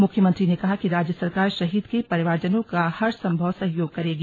मुख्यमंत्री ने कहा कि राज्य सरकार शहीद के परिवारजनों का हरसम्भव सहयोग करेगी